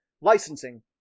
licensing